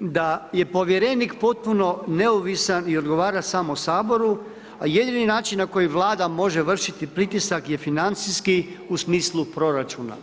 da je povjerenik potpuno neovisan i dogovara samo saboru, a jedini način na koji Vlada može vršiti pritisak je financijski u smislu proračuna.